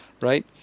right